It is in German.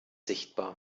sichtbar